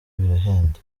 birahenda